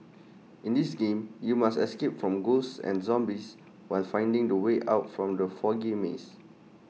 in this game you must escape from ghosts and zombies while finding the way out from the foggy maze